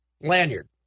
lanyard